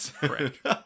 Correct